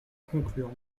conclure